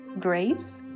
grace